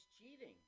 cheating